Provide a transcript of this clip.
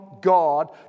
God